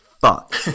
fuck